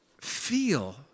feel